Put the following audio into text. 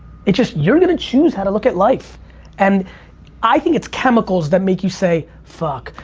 it's just you're gonna choose how to look at life and i think it's chemicals that make you say, fuck,